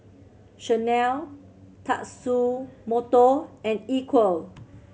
Chanel Tatsumoto and Equal